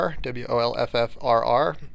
w-o-l-f-f-r-r